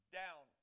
down